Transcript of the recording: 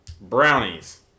Brownies